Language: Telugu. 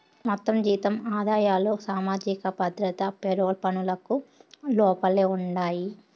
మొత్తం జీతం ఆదాయాలు సామాజిక భద్రత పెరోల్ పనులకు లోపలే ఉండాయి